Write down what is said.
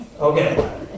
Okay